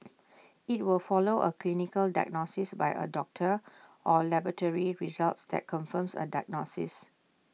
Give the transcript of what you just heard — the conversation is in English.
IT will follow A clinical diagnosis by A doctor or laboratory results that confirm A diagnosis